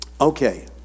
okay